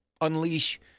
unleash